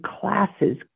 classes